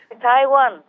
Taiwan